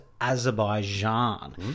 Azerbaijan